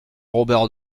robert